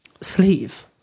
sleeve